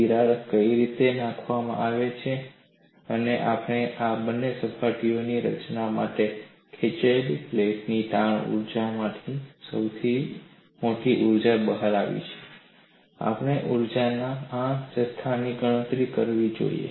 તિરાડ કઈ રીતે નાખવામાં આવે છે અને આપણે આ બે સપાટીઓની રચના માટે ખેંચાયેલી પ્લેટની તાણ ઊર્જામાંથી થોડી ઊર્જા બહાર આવી હશે અને આપણે ઊર્જાના આ જથ્થાની ગણતરી કરવી જોઈએ